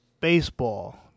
baseball